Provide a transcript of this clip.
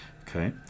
Okay